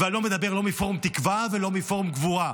ואני לא מדבר לא מפורום תקווה ולא מפורום גבורה.